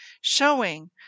showing